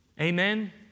Amen